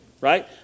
right